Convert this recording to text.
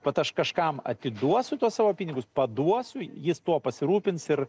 vat aš kažkam atiduosiu tuos savo pinigus paduosiu jis tuo pasirūpins ir